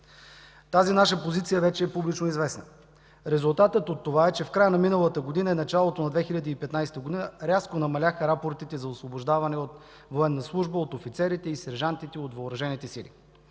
Тази наша позиция вече е публично известна. Резултатът от това е, че в края на миналата година и началото на 2015 г. рязко намаляха рапортите за освобождаване от военна служба от офицерите и сержантите от Въоръжените сили.